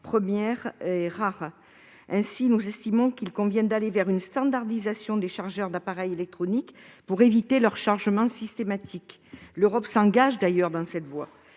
premières rares. Ainsi, nous estimons qu'il convient d'aller vers une standardisation des chargeurs d'appareils électroniques pour éviter leur remplacement systématique. D'ailleurs, l'Europe s'engage dans cette voie.